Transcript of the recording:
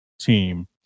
team